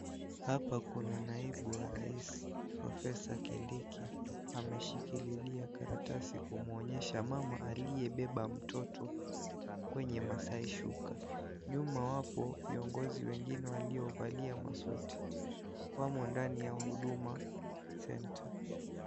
Hapa kuna naibu wa rais Proffesor Kithure Kindiki, ameshikililia karatasi kumuonyesha mama aliye beba mtoto kwenye masaai shuka nyuma wapo viongozi wengine walio valia masuti, wamo ndani ya Huduma Center.